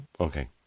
Okay